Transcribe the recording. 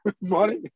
money